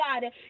God